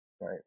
right